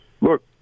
look